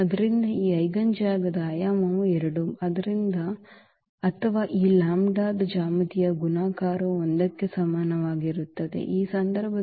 ಆದ್ದರಿಂದ ಈ ಐಜೆನ್ ಜಾಗದ ಆಯಾಮವು 2 ಅಥವಾ ಈ ಲ್ಯಾಂಬ್ಡಾದ ಜ್ಯಾಮಿತೀಯ ಗುಣಾಕಾರವು 1 ಕ್ಕೆ ಸಮಾನವಾಗಿರುತ್ತದೆ ಈ ಸಂದರ್ಭದಲ್ಲಿ